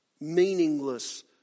Meaningless